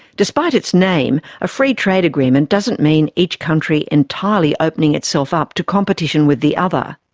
despite its name, a free trade agreement doesn't mean each country entirely opening itself up to competition with the other.